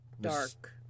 dark